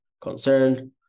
concerned